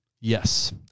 Yes